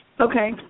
Okay